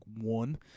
one